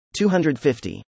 250